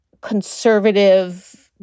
conservative